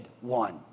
one